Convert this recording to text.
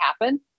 happen